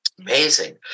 amazing